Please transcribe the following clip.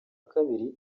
kabiri